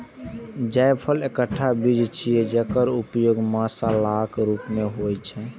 जायफल एकटा बीज छियै, जेकर उपयोग मसालाक रूप मे होइ छै